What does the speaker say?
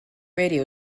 radio